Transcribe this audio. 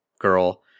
girl